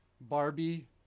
barbie